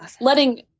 letting